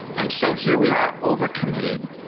and so, here we are, overcommitted,